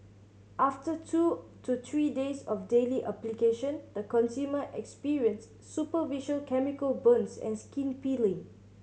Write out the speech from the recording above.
after two to three days of daily application the consumer experienced superficial chemical burns and skin peeling